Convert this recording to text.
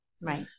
right